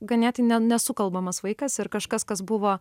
ganėtin ne nesukalbamas vaikas ir kažkas kas buvo